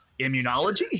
immunology